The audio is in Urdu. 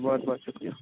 بہت بہت شُکریہ